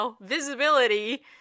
visibility